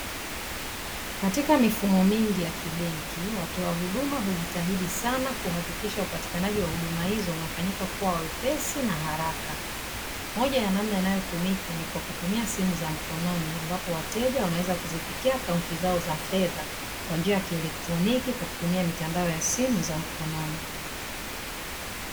Katika mifumo mingi ya kibenki watoa huduma, wanahakikisha wanapata huduma moja ya namna inayotumika ni kwa kutumia simu za mkononi, ambapo wateja wanaweza kufikia akaunti zao kwa kutumia mitandao ya simu za mkononi.